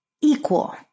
Equal